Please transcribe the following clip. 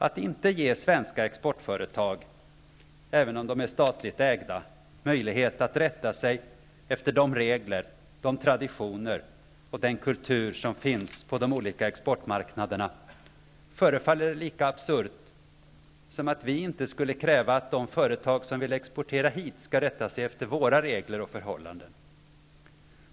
Att inte ge svenska exportföretag, även de statligt ägda, möjlighet att rätta sig efter de regler, de traditioner och den kultur som finns på de olika exportmarknaderna förefaller lika absurt som att vi inte skulle kräva att de företag som vill exportera hit skall rätta sig efter våra regler och förhållanden.